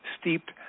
steeped